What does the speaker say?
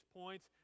points